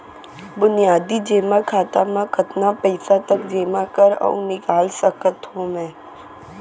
बुनियादी जेमा खाता म कतना पइसा तक जेमा कर अऊ निकाल सकत हो मैं?